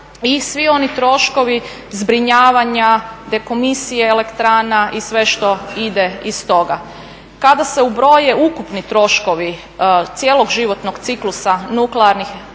i svi oni troškovi zbrinjavanja dekomisije elektrana i sve što ide iz toga. Kada se ubroje ukupni troškovi cjeloživotnoga ciklusa nuklearnih elektrana